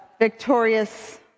victorious